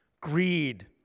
greed